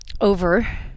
Over